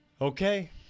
okay